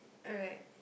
alright